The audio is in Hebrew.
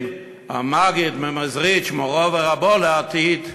עם המגיד ממזריטש, מורו ורבו לעתיד,